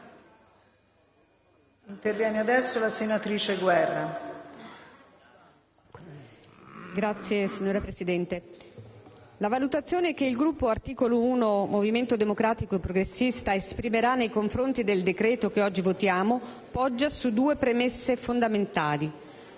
la valutazione che il Gruppo Articolo 1- Movimento Democratico e Progressista esprimerà nei confronti del decreto che oggi votiamo poggia su due premesse fondamentali.